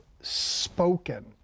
spoken